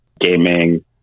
gaming